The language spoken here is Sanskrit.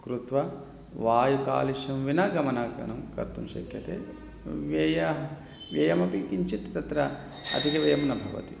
कृत्वा वायुकालुष्यं विना गमनागनं कर्तुं शक्यते व्ययं व्ययमपि किञ्चित् तत्र अधिकव्ययं न भवति